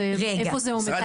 איפה זה עומד?